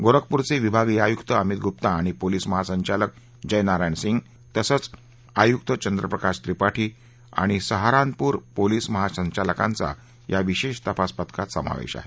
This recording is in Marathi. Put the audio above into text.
गोरखपूरचे विभागीय आयुक्त अमित गुप्ता आणि पोलीस महासंचालक जय नारायण सिंग तसंच आयुक्त चंद्रप्रकाश त्रिपाठी आणि सहारानपूरच्या पोलीस महासंचालकांचा या विशेष तपास पथकात समावेश आहे